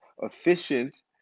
efficient